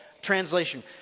Translation